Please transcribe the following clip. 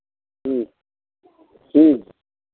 ठीक ठीक